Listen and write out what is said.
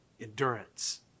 Endurance